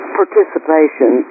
participation